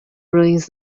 ruins